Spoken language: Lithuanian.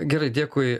gerai dėkui